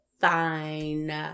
fine